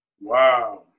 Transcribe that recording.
wow